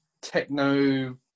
techno